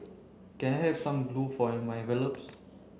can I have some glue for my envelopes